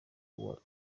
uwa